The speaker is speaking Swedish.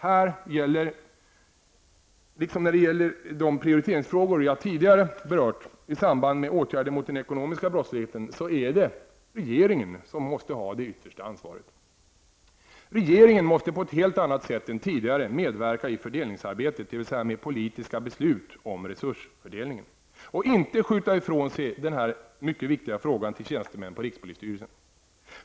Här, liksom när det gäller de prioriteringsfrågor jag tidigare berört i samband med åtgärder mot den ekonomiska brottsligheten, är det regeringen som måste ha det yttersta ansvaret. Regeringen måste på ett helt annat sätt än tidigare medverka i fördelningsarbetet, dvs. med politiska beslut om resursfördelningen, och inte skjuta ifrån sig denna mycket viktiga fråga till tjänstemän på rikspolisstyrelsen.